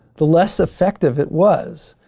the less effective it was.